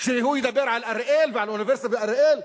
שהוא ידבר על אריאל ועל אוניברסיטה באריאל.